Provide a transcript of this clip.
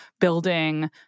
building